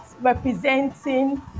representing